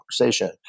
conversation